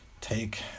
take